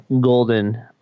golden